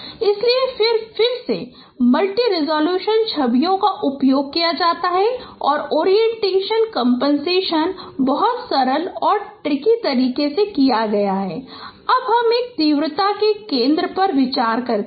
इसलिए फिर से मल्टी रेसोल्यूशन छवियों का उपयोग किया जाता है और ओरिएंटेशन कंपनसेशन बहुत सरल और ट्रिकी तरीके से किया गया है कि अब हम एक तीव्रता के केन्द्रक पर विचार करते हैं